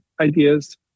ideas